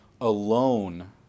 alone